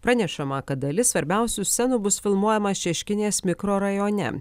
pranešama kad dalis svarbiausių scenų bus filmuojama šeškinės mikrorajone